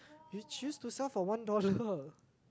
you choose to sell for one dollar